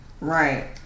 Right